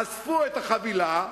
אספו את החבילה,